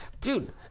dude